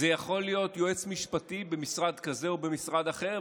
זה יכול להיות יועץ משפטי במשרד כזה או במשרד אחר,